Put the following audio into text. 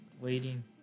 waiting